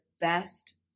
best